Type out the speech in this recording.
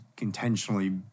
intentionally